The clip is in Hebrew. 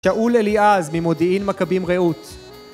שאול אליעז ממודיעין מכבים רעות